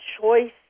choice